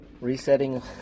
resetting